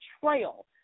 betrayal